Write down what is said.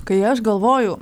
kai aš galvoju